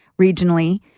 regionally